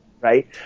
right